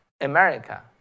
America